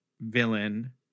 villain